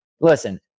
Listen